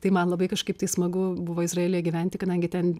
tai man labai kažkaip tai smagu buvo izraelyje gyventi kadangi ten